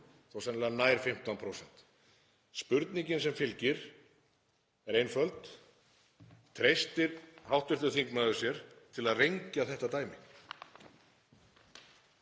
og sennilega nær 15%. Spurningin sem fylgir er einföld: Treystir hv. þingmaður sér til að rengja þetta dæmi?